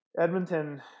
Edmonton